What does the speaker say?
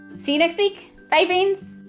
see you next week. bye brains!